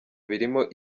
birimo